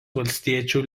valstiečių